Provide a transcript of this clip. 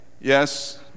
yes